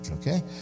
okay